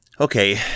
okay